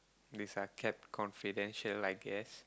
these are kept confidential I guess